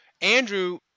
Andrew